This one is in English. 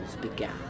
began